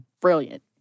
brilliant